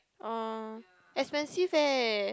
uh expensive eh